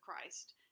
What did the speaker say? Christ